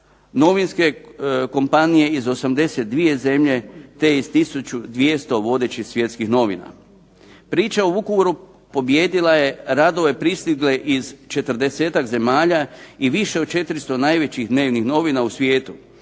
novinske kompanije iz 82 zemlje te iz 1200 vodećih svjetskih novina. Priča o Vukovaru pobijedila je radove pristigle iz 40-ak zemalja i više od 400 najvećih dnevnih novina u svijetu,